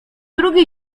drugi